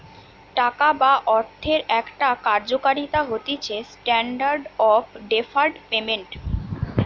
টাকা বা অর্থের একটা কার্যকারিতা হতিছেস্ট্যান্ডার্ড অফ ডেফার্ড পেমেন্ট